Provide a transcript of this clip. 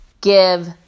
give